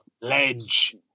Ledge